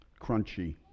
crunchy